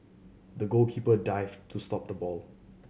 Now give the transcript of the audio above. the goalkeeper dived to stop the ball